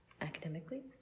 academically